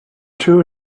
two